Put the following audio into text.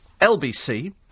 LBC